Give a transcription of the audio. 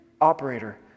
Operator